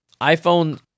iPhone